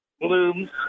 blooms